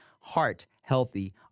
heart-healthy